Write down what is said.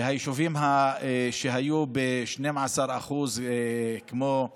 היישובים שהיו ב-12% כמו נחף,